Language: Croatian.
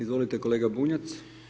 Izvolite kolega Bunjac.